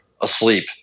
asleep